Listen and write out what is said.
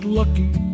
lucky